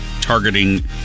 targeting